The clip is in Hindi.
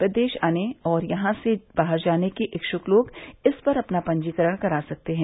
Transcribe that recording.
प्रदेश आने और यहां से बाहर जाने के इच्छुक लोग इस पर अपना पंजीकरण करा सकते हैं